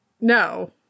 No